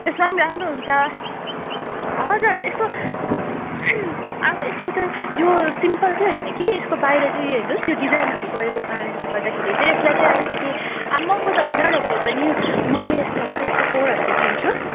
त्यसमा पनि राम्रो हुन्छ हजुर हजुर यस्तो अब यसको चाहिँ यो सिम्पल चाहिँ होइन कि यसको बाहिर चाहिँ यो हेर्नुस् यो डिजाइनहरू गरेको कारणले गर्दाखेरि चाहिँ यसलाई चाहिँ अलिकति अब महँगो त होइन र भए पनि म चाहिँ यसलाई चाहिँ यसको फोर हन्ड्रेड लिन्छु